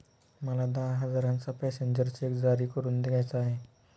मला दहा हजारांचा पॅसेंजर चेक जारी करून घ्यायचा आहे